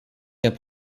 qu’un